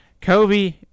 Kobe